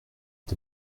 est